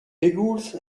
pegoulz